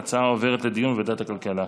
ההצעה עוברת לדיון בוועדת הכלכלה.